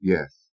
Yes